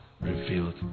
revealed